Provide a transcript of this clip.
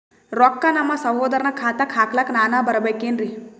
ರೊಕ್ಕ ನಮ್ಮಸಹೋದರನ ಖಾತಾಕ್ಕ ಹಾಕ್ಲಕ ನಾನಾ ಬರಬೇಕೆನ್ರೀ?